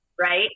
right